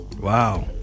Wow